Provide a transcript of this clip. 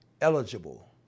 eligible